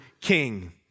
king